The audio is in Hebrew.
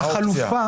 מה החלופה?